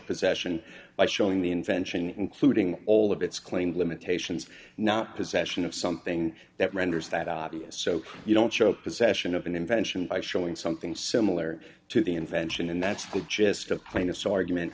possession by showing the invention including all of its claimed limitations not possession of something that renders that obvious so you don't show possession of an invention by showing something similar to the invention and that's really just a kind of saw argument